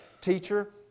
teacher